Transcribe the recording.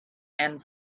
and